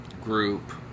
group